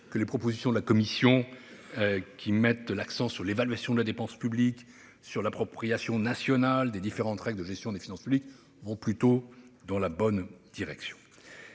que la proposition de la Commission, qui met l'accent sur l'évaluation de la dépense publique ou encore l'appropriation nationale des règles de gestion des finances publiques, va dans la bonne direction.